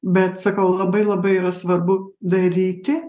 bet sakau labai labai yra svarbu daryti